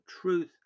truth